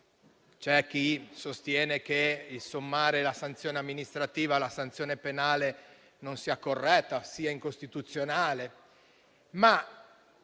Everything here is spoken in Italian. c'è chi sostiene che il sommare la sanzione amministrativa alla sanzione penale non sia corretto, sia incostituzionale,